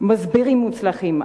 מסבירים מוצלחים.